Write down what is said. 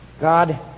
God